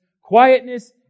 quietness